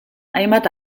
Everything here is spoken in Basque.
hainbat